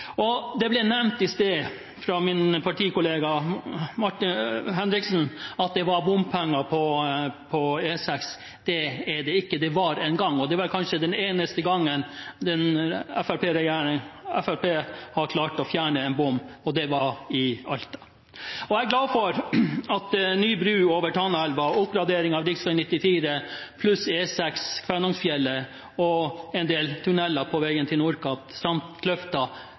parsellutbygging. Det ble nevnt i sted av min partikollega Martin Henriksen at det var bompenger på E6. Det er det ikke. Det var det en gang, og det var kanskje den eneste gangen Fremskrittspartiet i regjering har klart å fjerne en bom. Det var i Alta. Jeg er glad for at ny bru over Tanaelva, oppgradering av rv. 94 pluss E6 Kvænangsfjellet og en del tunneler på veien til Nordkapp samt rv. 93 Kløfta